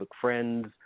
friends